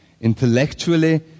intellectually